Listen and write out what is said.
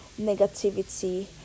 negativity